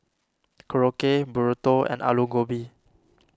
Korokke Burrito and Alu Gobi